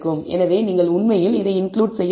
எனவே நீங்கள் உண்மையில் இதை இன்கிளுட் செய்ய வேண்டும்